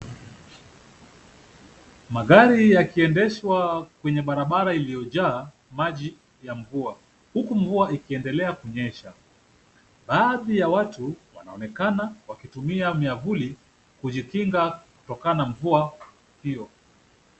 Magari yakiendeshwa kwenye barabara iliyojaa maji ya mvua huku mvua ikiendelea kunyesha. Baadhi ya watu wanaonekana wakitumia miavuli kujikinga kutokana na mvua hiyo.